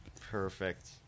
perfect